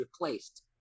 replaced